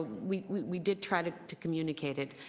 we we did try to to communicate it.